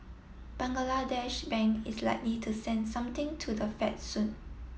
Bangladesh Bank is likely to send something to the Fed soon